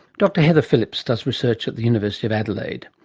dr heather phillips does research at the university of adelaide.